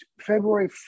February